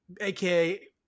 AKA